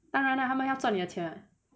当然啦他们要赚你的钱 [what]